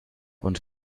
und